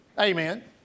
Amen